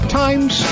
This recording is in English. times